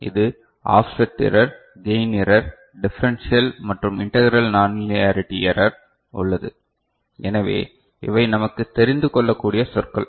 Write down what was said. இது offset error gain error differential மற்றும் integral nonlinearity error உள்ளது எனவே இவை நமக்குத் தெரிந்து கொள்ளக் கூடிய சொற்கள்